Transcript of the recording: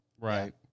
right